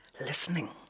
listening